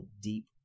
deep